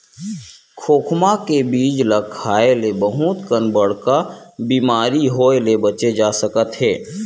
खोखमा के बीजा ल खाए ले बहुत कन बड़का बेमारी होए ले बाचे जा सकत हे